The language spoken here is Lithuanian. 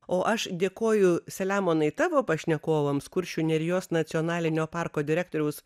o aš dėkoju selemonai tavo pašnekovams kuršių nerijos nacionalinio parko direktoriaus